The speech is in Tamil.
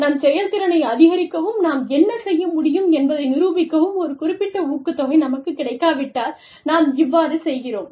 நம் செயல்திறனை அதிகரிக்கவும் நாம் என்ன செய்ய முடியும் என்பதை நிரூபிக்கவும் ஒரு குறிப்பிட்ட ஊக்கத்தொகை நமக்கு கிடைக்காவிட்டால் நாம் இவ்வாறு செய்கிறோம்